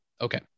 Okay